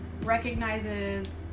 recognizes